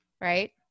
Right